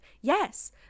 yes